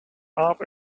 aap